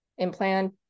implant